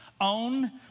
Own